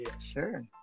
Sure